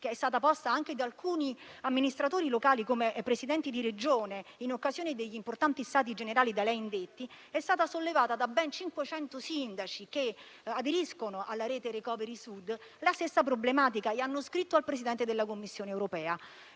è stata posta anche da alcuni amministratori locali, come i Presidenti di Regione, in occasione degli importanti stati generali da lei indetti, e da ben 500 sindaci che aderiscono alla rete Recovery Sud. Tali amministratori locali hanno scritto al Presidente della Commissione europea